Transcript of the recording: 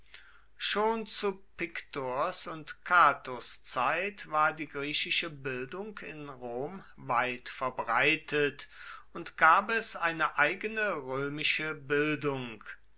schon zu pictors und catos zeit war die griechische bildung in rom weit verbreitet und gab es eine eigene römische bildung